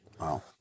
wow